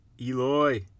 Eloy